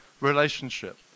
relationship